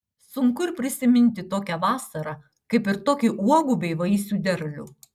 sunku ir prisiminti tokią vasarą kaip ir tokį uogų bei vaisių derlių